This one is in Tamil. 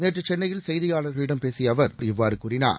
இன்று சென்னையில் செய்தியாளர்களிடம் பேசுகையில் அவர் இவ்வாறு கூறினார்